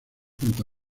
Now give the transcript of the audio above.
junto